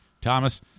Thomas